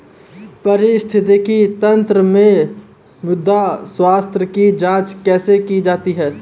पारिस्थितिकी तंत्र में मृदा स्वास्थ्य की जांच कैसे की जाती है?